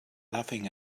laughing